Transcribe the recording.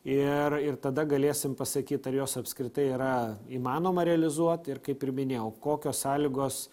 ir ir tada galėsim pasakyt ar jos apskritai yra įmanoma realizuot ir kaip ir minėjau kokios sąlygos